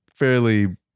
fairly